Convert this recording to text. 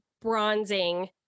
bronzing